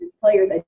players